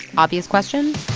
obvious question